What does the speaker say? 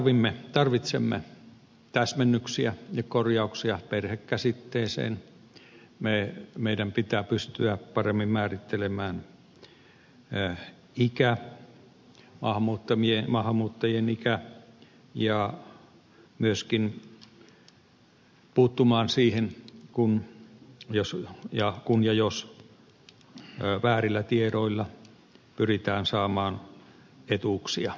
me tarvitsemme täsmennyksiä ja korjauksia perhekäsitteeseen meidän pitää pystyä paremmin määrittelemään maahanmuuttajien ikä ja myöskin puuttumaan siihen jos ja kun väärillä tiedoilla pyritään saamaan etuuksia